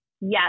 yes